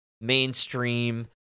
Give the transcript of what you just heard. mainstream